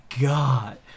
god